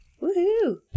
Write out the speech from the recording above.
Woo-hoo